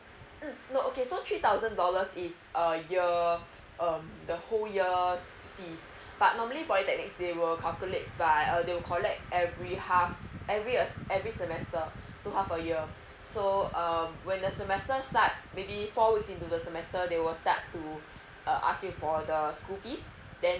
mm no okay so three thousand dollars is a year um the whole years fees but normally polytechnic they will calculate by uh they will collect every half every us every semester so half a year so um when the semester starts maybe four weeks into the semester they will start to uh ask you for the school fees then